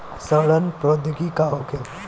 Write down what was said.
सड़न प्रधौगकी का होखे?